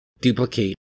duplicate